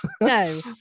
No